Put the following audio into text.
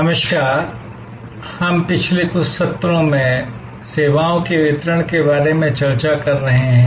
नमस्कार हम पिछले कुछ सत्रों में सेवाओं के वितरण के बारे में चर्चा कर रहे हैं